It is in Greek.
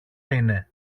είναι